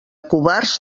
covards